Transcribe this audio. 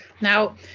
Now